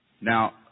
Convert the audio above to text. Now